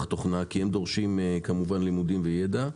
תוכנה כי הם דורשים כמובן לימודים וידע,